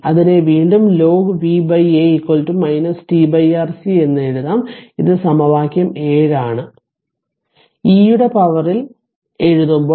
അതിനെ വീണ്ടും ln V A t RC എന്ന് എഴുതാം ഇത് സമവാക്യം 7 ആണ് അതിനാൽe യുടെ പവറിൽ എഴുതുമ്പോൾ